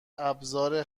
ابزار